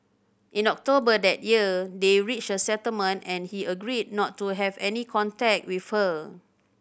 in October that year they reached a settlement and he agreed not to have any contact with her